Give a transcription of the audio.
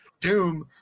doom